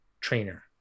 trainer